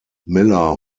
miller